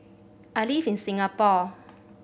I live in Singapore